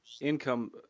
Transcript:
income